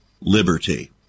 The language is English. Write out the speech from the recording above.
liberty